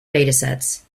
datasets